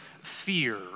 fear